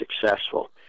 successful